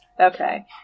Okay